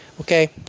okay